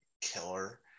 killer